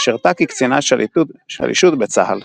שירתה כקצינת שלישות בצה"ל.